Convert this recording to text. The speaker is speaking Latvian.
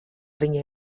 viņa